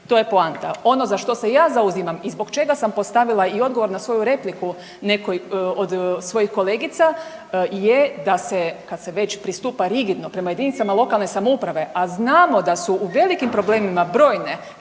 to je poanta. Ono za što se ja zauzimam i zbog čega sam postavila i odgovor na svoju repliku nekoj od svojih kolegica je da se kad se već pristupa rigidno prema jedinicama lokalne samouprave, a znamo da u velikim problemima brojne